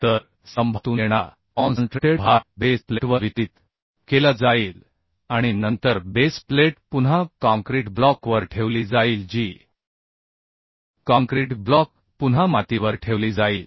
तर स्तंभातून येणारा कॉनसनट्रेटेड भार बेस प्लेटवर वितरित केला जाईल आणि नंतर बेस प्लेट पुन्हा काँक्रीट ब्लॉकवर ठेवली जाईल जी काँक्रीट ब्लॉक पुन्हा मातीवर ठेवली जाईल